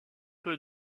peu